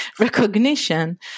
recognition